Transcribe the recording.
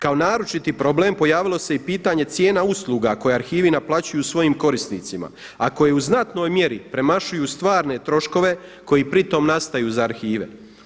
Kao naročiti problem pojavilo se i pitanje cijena usluga koje arhivi naplaćuju svojim korisnicima, a koji u znatnoj mjeri premašuju stvarne troškove koji pri tom nastaju za arhive.